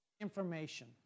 information